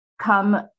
come